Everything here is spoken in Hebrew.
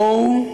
בואו